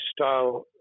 style